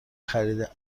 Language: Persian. خرید